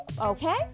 okay